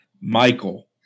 Michael